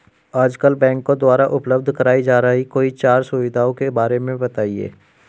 आजकल बैंकों द्वारा उपलब्ध कराई जा रही कोई चार सुविधाओं के बारे में बताइए?